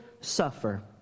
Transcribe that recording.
suffer